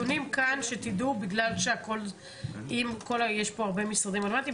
יש פה הרבה משרדים רלוונטיים.